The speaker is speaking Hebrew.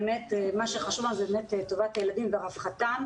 באמת מה שחשוב לנו זה באמת טובת הילדים ורווחתם,